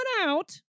out